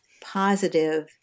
positive